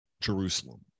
jerusalem